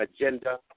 agenda